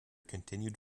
continued